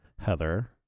Heather